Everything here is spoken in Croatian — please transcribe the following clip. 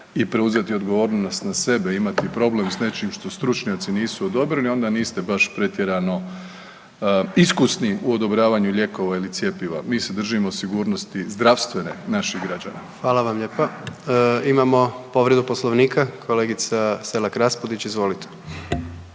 i preuzeti odgovornost na sebe i imati problem s nečim što stručnjaci nisu odobrili, onda niste baš pretjerano iskusni u odobravanju lijekova ili cjepiva. Mi se držimo sigurnosti zdravstvene naših građana. **Jandroković, Gordan (HDZ)** Hvala vam lijepa. Imamo povredu Poslovnika, kolegica Selak Raspudić, izvolite.